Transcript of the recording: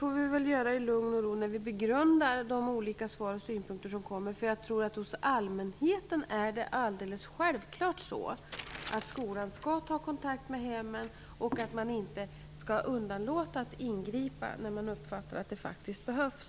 Låt oss göra det i lugn och ro när vi begrundar de olika svar och synpunkter som kommer. Jag tror att det för allmänheten är alldeles självklart att skolan skall ta kontakt med hemmen och att man inte skall underlåta att ingripa när man uppfattar att det faktiskt behövs.